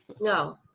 No